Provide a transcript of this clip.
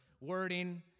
wording